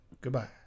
Goodbye